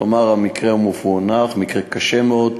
כלומר, המקרה מפוענח, מקרה קשה מאוד,